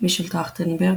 מישל טרכטנברג,